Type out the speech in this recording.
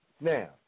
Now